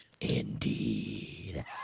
Indeed